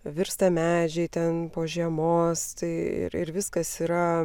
virsta medžiai ten po žiemos tai ir ir viskas yra